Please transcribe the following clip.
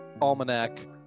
almanac